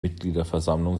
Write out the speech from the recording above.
mitgliederversammlung